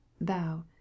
thou